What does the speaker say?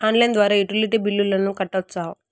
Online ద్వారా utility బిల్లులను కట్టొచ్చా?